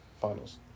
finals